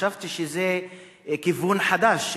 וחשבתי שזה כיוון חדש,